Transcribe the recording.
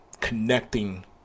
connecting